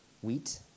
wheat